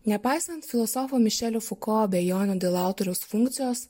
nepaisant filosofo mišelio fuko abejonių dėl autoriaus funkcijos